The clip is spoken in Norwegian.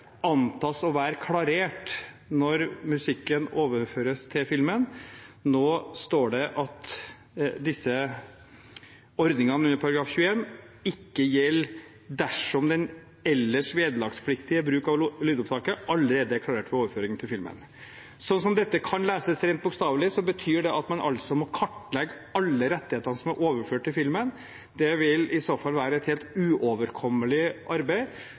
antas å være klarert når musikken overføres til filmen. Nå står det at disse ordningene under § 21 ikke gjelder «dersom den ellers vederlagspliktige bruk av lydopptaket allerede er klarert ved overføring til filmen». Sånn som dette kan leses rent bokstavelig, betyr det at man altså må kartlegge alle rettighetene som er overført til filmen. Det vil i så fall være et helt uoverkommelig arbeid,